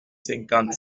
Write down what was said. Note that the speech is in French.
cinquante